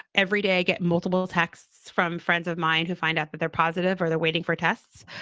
every day i get multiple texts from friends of mine who find out that they're positive or they're waiting for tests.